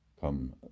Come